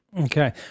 Okay